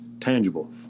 tangible